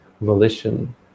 volition